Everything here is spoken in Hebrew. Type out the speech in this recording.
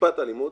טיפת אלימות,